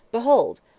behold!